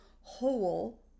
whole